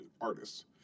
artists